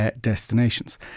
destinations